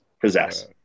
possess